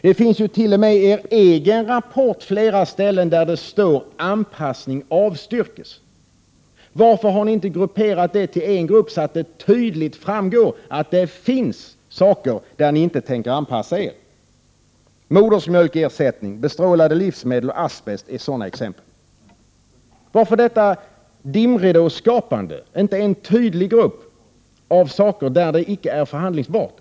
Det finns ju t.o.m. i er egen rapport flera ställen där det står: ”Anpassning avstyrkes.” Varför har ni inte sammanfört dem till en grupp, så att det tydligt framgår att det finns områden där ni inte tänker anpassa er? Modersmjölksersättning, bestrålade livsmedel och asbest är sådana exempel. Varför detta dimridåskapande, inte en tydlig grupp av saker som icke är förhandlingsbara?